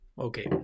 Okay